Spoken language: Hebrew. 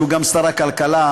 שהוא גם שר הכלכלה,